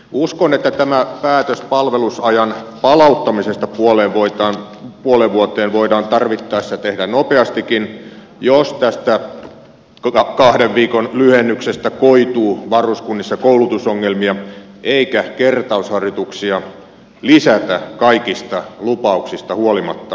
uskon että tämä päätös palvelusajan palauttamisesta puoleen vuoteen voidaan tarvittaessa tehdä nopeastikin jos tästä kahden viikon lyhennyksestä koituu varuskunnissa koulutusongelmia eikä kertausharjoituksia lisätä kaikista lupauksista huolimatta